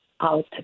out